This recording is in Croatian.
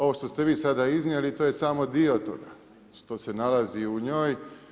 Ovo što ste vi sada iznijeli to je smo dio toga, što se nalazi u njoj.